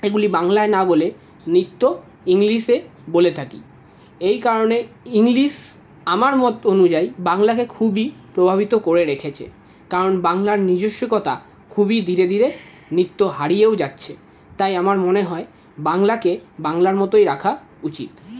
এইগুলি বাংলায় না বলে নিত্য ইংলিশে বলে থাকি এই কারণে ইংলিশ আমার মত অনুযায়ী বাংলাকে খুবই প্রভাবিত করে রেখেছে কারণ বাংলার নিজস্বতা খুবই ধীরে ধীরে নিত্য হারিয়েও যাচ্ছে তাই আমার মনে হয় বাংলাকে বাংলার মতোই রাখা উচিত